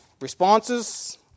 Responses